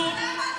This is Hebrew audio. התופעה הזאת,